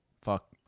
Fuck